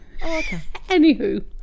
Anywho